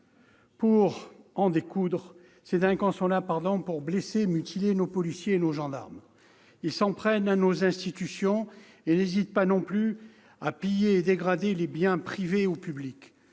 pour en découdre. Ces délinquants sont là pour blesser, mutiler nos policiers et nos gendarmes. Ils s'en prennent à nos institutions et n'hésitent pas non plus à piller et à dégrader les biens privés ou publics.